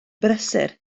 brysur